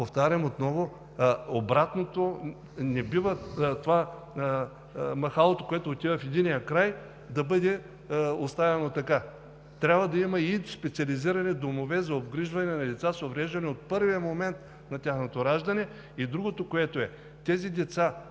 повтарям отново: не бива махалото, което отива в единия край, да бъде оставено така. Трябва да има и специализирани домове за обгрижване на деца с увреждания от първия момент на тяхното раждане. Другото е, че тези деца,